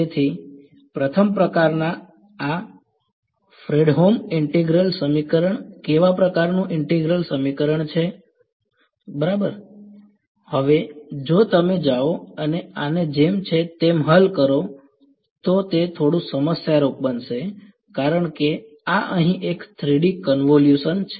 તેથી પ્રથમ પ્રકારના આ ફ્રેડહોમ ઈંટેગ્રલ સમીકરણ કેવા પ્રકારનું ઈંટેગ્રલ સમીકરણ છે બરાબર હવે જો તમે જાઓ અને આને જેમ છે તેમ હલ કરો તો તે થોડું સમસ્યારૂપ બનશે કારણ કે આ અહીં એક 3D કન્વોલ્યુશન છે